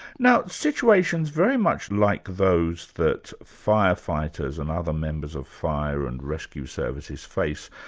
now situations very much like those that firefighters and other members of fire and rescue services face,